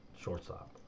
shortstop